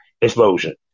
explosion